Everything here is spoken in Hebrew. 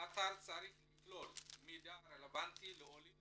האתר צריך לכלול מידע רלבנטי לעולים